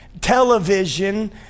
television